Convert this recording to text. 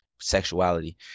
sexuality